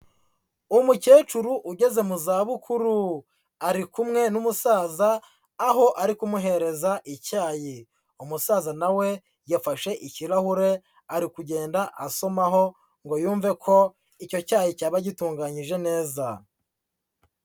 Umukecuru ugeze mu zabukuru, ari kumwe n'umusaza aho ari kumuhereza icyayi, umusaza na we yafashe ikirahure ari kugenda asomaho ngo yumve ko icyo cyayi cyaba gitunganyije neza.